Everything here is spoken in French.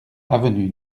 avenue